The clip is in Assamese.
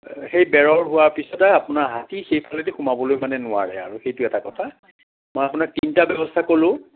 সেই বেৰৰ হোৱা পিছতে আপোনাৰ হাতী সেইফালেদি সোমাবলৈ মানে নোৱাৰে আৰু সেইটো এটা কথা মই আপোনাক তিনিটা ব্যৱস্থা ক'লোঁ